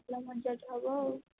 ପୁରା ମଜାଟେ ହେବ ଆଉ